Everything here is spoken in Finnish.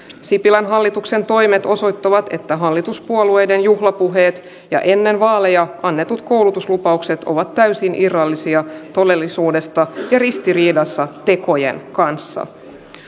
sipilän hallituksen toimet osoittavat että hallituspuolueiden juhlapuheet ja ennen vaaleja annetut koulutuslupaukset ovat täysin irrallisia todellisuudesta ja ristiriidassa tekojen kanssa